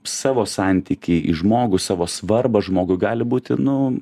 savo santykį į žmogų savo svarbą žmogui gali būti nu